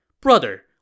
Brother